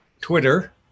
Twitter